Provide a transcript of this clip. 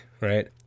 right